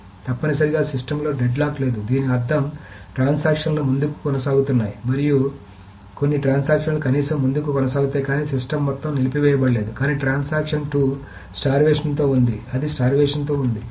కాబట్టి తప్పనిసరిగా సిస్టమ్లో డెడ్ లాక్ లేదు దీని అర్థం ట్రాన్సాక్షన్ లు ముందుకు కొనసాగుతున్నాయి మరి కొన్ని ట్రాన్సాక్షన్ లు కనీసం ముందుకు కొనసాగుతున్నాయి కానీ సిస్టమ్ మొత్తం నిలిపివేయబడలేదు కానీ ట్రాన్సాక్షన్ 2 స్టార్వేషన్ తో ఉంది అది స్టార్వేషన్ తో ఉంది